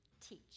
teach